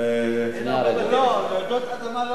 לא, רעידות אדמה לא מגיעות לשם.